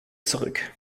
zurück